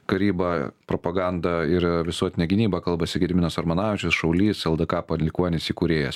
karybą propagandą ir visuotinę gynybą kalbasi gediminas armonavičius šaulys eldka palikuonis įkūrėjas